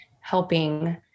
helping